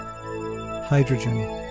hydrogen